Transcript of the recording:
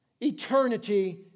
eternity